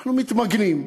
אנחנו מתמגנים.